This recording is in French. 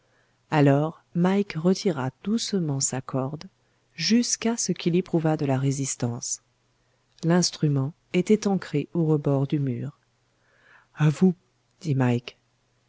alors mike retira doucement sa corde jusqu'à ce qu'il éprouvât de la résistance l'instrument était ancré au rebord du mur a vous dit mike